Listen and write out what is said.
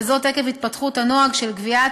וזאת עקב התפתחות הנוהג של גביית,